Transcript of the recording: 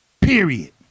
period